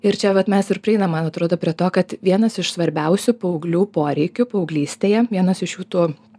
ir čia vat mes ir prieinam man atrodo prie to kad vienas iš svarbiausių paauglių poreikių paauglystėje vienas iš jų tų